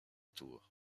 tour